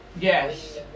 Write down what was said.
Yes